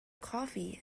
coffee